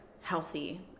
healthy